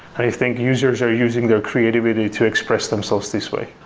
i think users are using their creativity to express themselves this way.